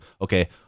okay